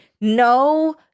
no